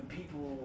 people